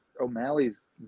O'Malley's